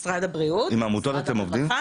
משרד הבריאות ומשרד הרווחה